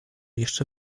jeszcze